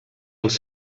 els